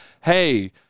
Hey